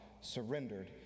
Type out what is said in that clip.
surrendered